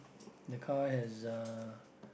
the car has a